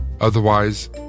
Otherwise